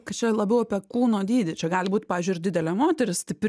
kad čia labiau apie kūno dydį čia gali būt pavyzdžiui ir didelė moteris stipri